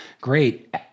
Great